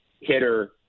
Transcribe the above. hitter